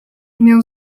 miał